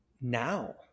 now